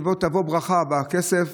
כי בוא-תבוא ברכה בכסף,